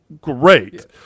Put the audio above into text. great